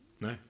No